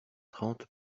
trente